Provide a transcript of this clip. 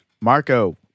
Marco